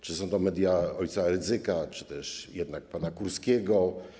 Czy są to media o. Rydzyka, czy też jednak pana Kurskiego?